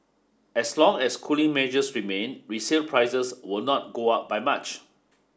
as long as cooling measures remain resale prices will not go up by much